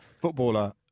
footballer